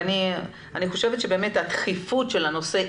אני חושבת שבאמת הדחיפות של הנושא,